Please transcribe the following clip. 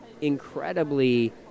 incredibly